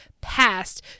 passed